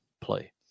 play